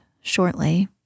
shortly